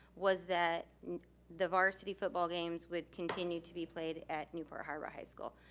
was that the varsity football games would continue to be played at newport harbor high school.